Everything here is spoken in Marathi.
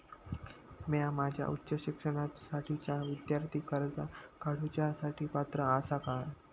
म्या माझ्या उच्च शिक्षणासाठीच्या विद्यार्थी कर्जा काडुच्या साठी पात्र आसा का?